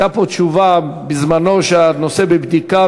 הייתה פה תשובה בזמנו שהנושא בבדיקה,